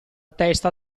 testa